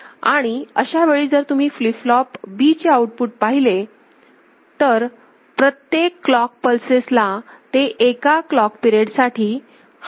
आणि अशा वेळी जर तुम्ही फ्लिप फ्लॉप B चे आउटपुट पाहिले तर प्रत्येक 3 क्लॉक पलसेस ला ते एका क्लॉक पिरियड साठी हाय असेल